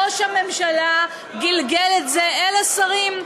ראש הממשלה גלגל את זה אל השרים.